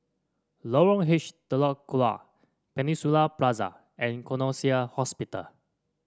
Lorong H Telok Kurau Peninsula Plaza and Connexion Hospital